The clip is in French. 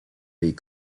les